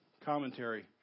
Commentary